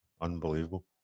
Unbelievable